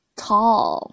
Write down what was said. tall